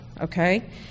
okay